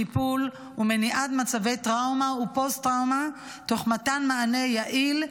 טיפול ומניעת מצבי טראומה ופוסט-טראומה תוך מתן מענה יעיל,